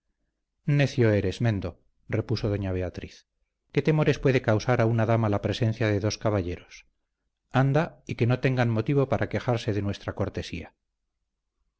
necio eres mendo repuso doña beatriz qué temores puede causar a una dama la presencia de dos caballeros anda y que no tengan motivo para quejarse de nuestra cortesía